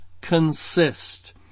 consist